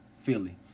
Philly